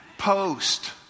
post